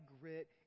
grit